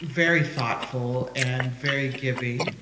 very thoughtful and very giving